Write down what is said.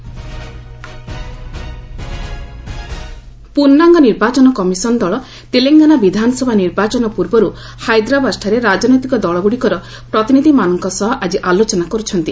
EC Telangana ପୂର୍ଣ୍ଣାଙ୍ଗ ନିର୍ବାଚନ commission ଦଳ' ତେଲଙ୍ଗନା ବିଧାନସଭା ନିର୍ବାଚନ ପୂର୍ବରୁ ହାଇଦ୍ରାବାଦ୍ଠାରେ ରାଜନୈତିକ ଦଳଗୁଡିକର ପ୍ରତିନିଧ୍ୟମାନଙ୍କ ସହ ଆଜି ଆଲୋଚନା କରୁଛନ୍ତି